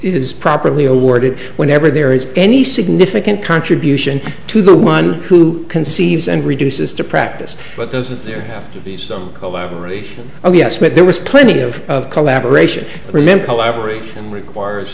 is properly awarded whenever there is any significant contribution to the one who conceives and reduces to practice but doesn't there have to be some collaboration oh yes but there was plenty of collaboration remember collaborate and requires